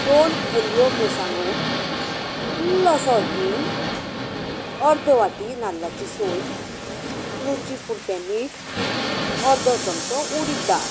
दोन हरव्यो मिरसांगो इल्लोसो हींग अर्द वाटी नाल्लाची सोय रुचीक पुर्ते मीठ अर्दो चमचो उडीद दाळ